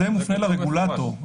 זה מופנה לרגולטור,